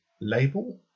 Label